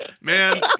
man